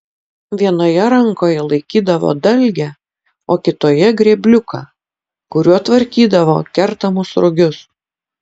vienoje rankoje laikydavo dalgę o kitoje grėbliuką kuriuo tvarkydavo kertamus rugius